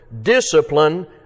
discipline